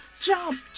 jump